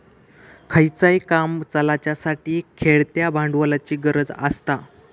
खयचाय काम चलाच्यासाठी खेळत्या भांडवलाची गरज आसता